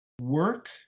work